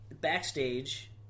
backstage